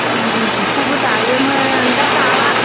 इन्दि सिखौबो दायोमोन दा दाला